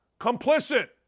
complicit